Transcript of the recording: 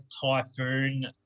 Typhoon